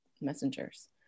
messengers